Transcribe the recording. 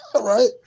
Right